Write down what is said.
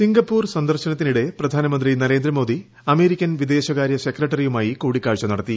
Singapore സന്ദർശനത്തിനിടെ പ്രധാനമന്ത്രി Narendra Modi American വിദേശകാരൃ സെക്രട്ടറിയുമായി കൂടിക്കാഴ്ച നടത്തി